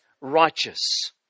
righteous